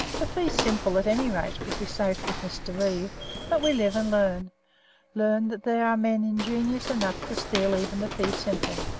the fee simple, at any rate, would be safe with mr. reeve but we live and learn learn that there are men ingenious enough to steal even the fee simple,